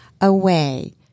away